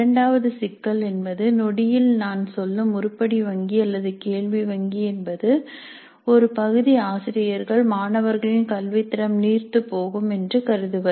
இரண்டாவது சிக்கல் என்பது நொடியில் நான் சொல்லும் உருப்படி வங்கி அல்லது கேள்வி வங்கி என்பது ஒருபகுதி ஆசிரியர்கள் மாணவர்களின் கல்வித்தரம் நீர்த்துப்போகும் என்று கருதுவர்